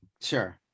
Sure